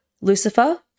Lucifer